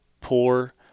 poor